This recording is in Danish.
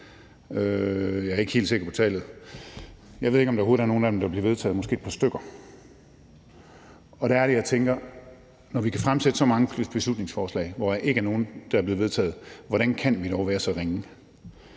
jeg er ikke helt sikker på tallet. Jeg ved ikke, om der overhovedet er nogen af dem, der bliver vedtaget; måske et par stykker. Og der er det, jeg tænker: Når vi kan fremsætte så mange beslutningsforslag, hvoraf der ikke er nogen, der er blevet vedtaget, hvordan kan vi dog være så ringe?